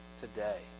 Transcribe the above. today